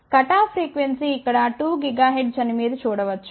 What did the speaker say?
cutoff frequency ఇక్కడ 2 GHz అని మీరు చూడవచ్చు